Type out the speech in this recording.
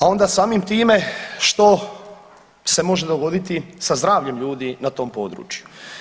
A onda samim time što se može dogoditi sa zdravljem ljudi na tom području.